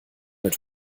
mit